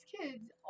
kids